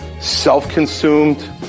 self-consumed